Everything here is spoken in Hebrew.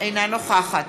אינה נוכחת